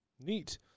Neat